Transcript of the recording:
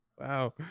Wow